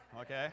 okay